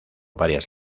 varias